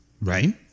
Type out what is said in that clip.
right